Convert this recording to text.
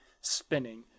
spinning